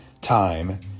time